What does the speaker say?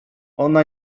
ona